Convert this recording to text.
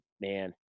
man